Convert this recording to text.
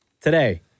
Today